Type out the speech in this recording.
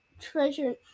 treasure